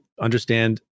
understand